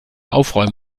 aufräumen